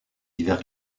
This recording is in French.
hivers